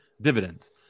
dividends